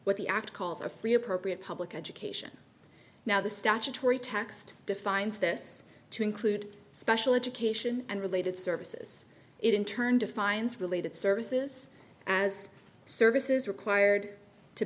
calls a free appropriate public education now the statutory text defines this to include special education and related services it in turn defines related services as services required to